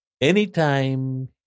Anytime